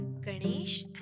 Ganesh